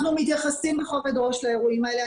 אנחנו מתייחסים בכובד ראש לאירועים האלה.